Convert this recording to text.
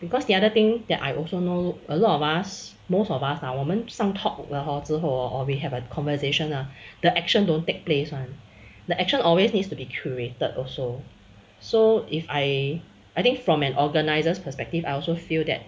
because the other thing that I also know a lot of us most of us lah 啊我们上了 talk 了 hor 之后 or we have a conversation ah the action don't take place one the action always needs to be created also so if I I think from an organisers perspective I also feel that